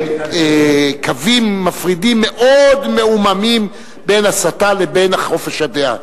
קווים מפרידים מאוד מעומעמים בין הסתה לבין חופש הדעה,